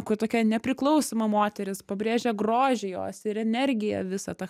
kur tokia nepriklausoma moteris pabrėžia grožį jos ir energija visą tą